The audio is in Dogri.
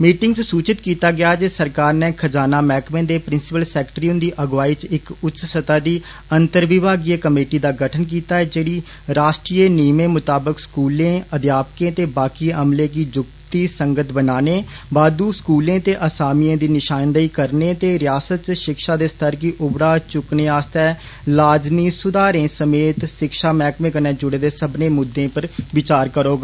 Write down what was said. मीटिंग च सूचत कीता गेआ जे सरकार नै खजाना मैहकमे दे प्रिसिपल सैक्रेटरी हुन्दी अगुवाई च इक उच्च स्तह दी अन्तर विभागीय कमेटी दा गठन कीता ऐ जेहड़ी राष्ट्रीय नियमें मुताबक स्कूलें अध्यापकें ते बाकि अमले गी युक्तिसंगत बनाने बाद स्कूले ते असामियें दी निशानदेही ते रियासत च शिक्षा ते स्तर गी उबड़ा चुक्कने आस्तै लाज़मी सुधारे समेत शिक्षा मैहकमें कन्नै जुडे दे सब्बनें मुद्दें पर विचार करोग